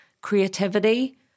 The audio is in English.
creativity